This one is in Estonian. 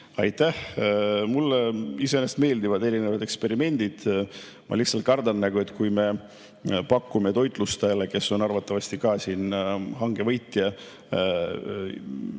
Aitäh! Mulle iseenesest meeldivad erinevad eksperimendid, ma lihtsalt kardan, et kui me palume toitlustajal, kes on ka arvatavasti hanke võitja,